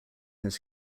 his